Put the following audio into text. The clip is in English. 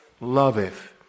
loveth